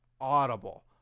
Audible